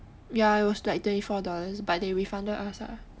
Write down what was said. ya it was like twenty four dollars but they refunded us ah